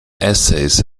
essays